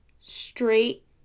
straight